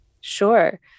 sure